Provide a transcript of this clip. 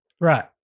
Right